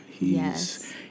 Yes